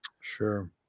Sure